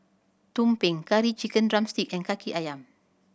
tumpeng Curry Chicken drumstick and Kaki Ayam